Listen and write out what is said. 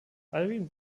alwin